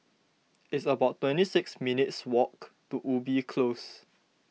it's about twenty six minutes' walk to Ubi Close